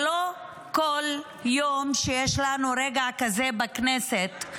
לא בכל יום יש לנו רגע כזה בכנסת,